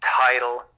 title